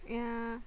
yeah